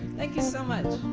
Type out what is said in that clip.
thank you so much.